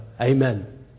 Amen